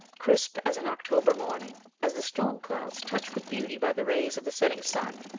crisp as an october morning. as the storm clouds, touched with beauty by the rays of the setting sun,